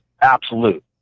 absolute